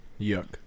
Yuck